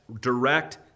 direct